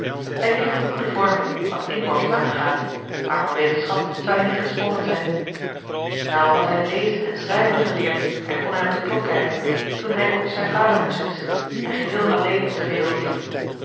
hij kreeg eene goede vorming wat inborst aangaat maar van wetenschap zou hij niet gesprongen zijn naauw had hij lezen en schrijven geleerd en kon hij op de klok kijken toen hij ook zijn vader moest missen en geheel alleen op de wereld liep